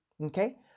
okay